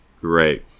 Great